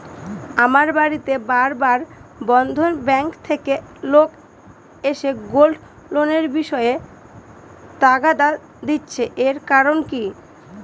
আমার বাড়িতে বার বার বন্ধন ব্যাংক থেকে লোক এসে গোল্ড লোনের বিষয়ে তাগাদা দিচ্ছে এর কারণ কি?